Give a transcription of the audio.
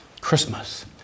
Christmas